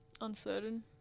Uncertain